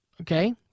Okay